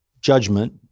judgment